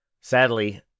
Sadly